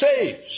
saves